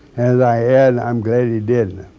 and i add i'm glad he did.